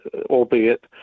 albeit